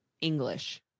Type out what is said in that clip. english